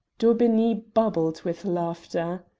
daubeney bubbled with laughter.